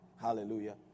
Hallelujah